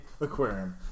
Aquarium